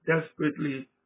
desperately